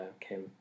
Kim